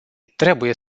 trebuie